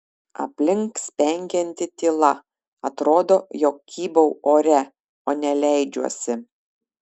aplink spengianti tyla atrodo jog kybau ore o ne leidžiuosi